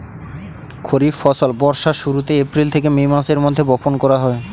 খরিফ ফসল বর্ষার শুরুতে, এপ্রিল থেকে মে মাসের মধ্যে বপন করা হয়